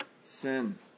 sin